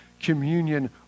communion